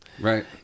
right